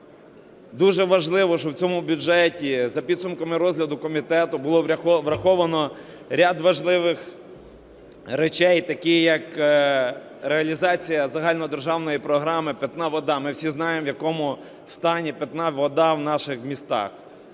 дуже важливо, що в цьому бюджеті за підсумками розгляду комітету було враховано ряд важливих речей, таких як реалізація загальнодержавної програми "Питна вода". Ми всі знаємо, в якому стані питана вода у наших містах.